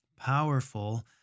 powerful